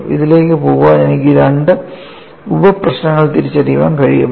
ഇതിലേക്ക് പോകാൻ എനിക്ക് രണ്ട് ഉപ പ്രശ്നങ്ങൾ തിരിച്ചറിയാൻ കഴിയുമോ